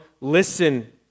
Listen